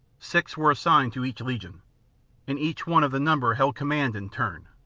six were assigned to each legion and each one of the number held command in turn.